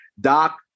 Doc